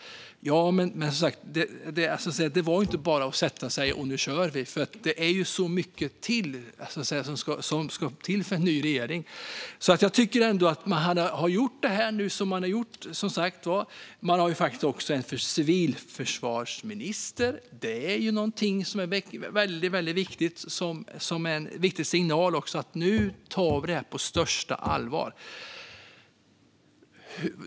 Det var dock inte bara att sätta sig och köra. Det är mycket som ska till för en ny regering. Regeringen har ändå gjort det som den har gjort. Man har faktiskt också en civilförsvarsminister, vilket är en viktig signal om att detta tas på största allvar.